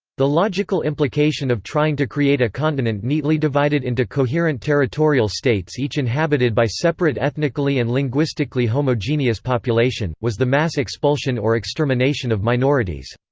the logical implication of trying to create a continent neatly divided into coherent territorial states each inhabited by separate ethnically and linguistically homogeneous population, was the mass expulsion or extermination of minorities.